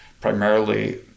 primarily